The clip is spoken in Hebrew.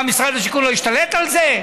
מה, משרד השיכון לא ישתלט על זה?